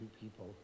people